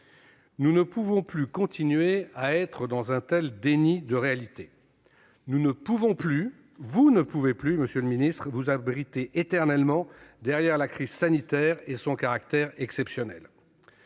Nous ne pouvons plus continuer à vivre dans un tel déni de réalité. Nous ne pouvons plus, vous ne pouvez plus, monsieur le ministre, vous abriter éternellement derrière la crise sanitaire et son caractère exceptionnel.